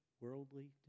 worldly